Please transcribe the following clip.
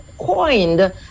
coined